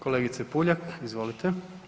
Kolegice Puljak, izvolite.